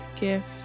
gift